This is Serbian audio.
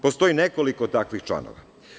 Postoji nekoliko takvih članova.